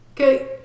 Okay